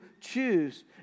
choose